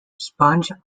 sponge